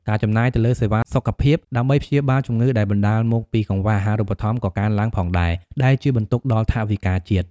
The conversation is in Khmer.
ការចំណាយទៅលើសេវាសុខភាពដើម្បីព្យាបាលជំងឺដែលបណ្តាលមកពីកង្វះអាហារូបត្ថម្ភក៏កើនឡើងផងដែរ ដែលជាបន្ទុកដល់ថវិកាជាតិ។